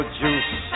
juice